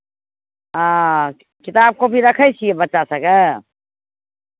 हँ किताब कॉपी राखै छियै बच्चा सभके